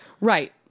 Right